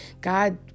God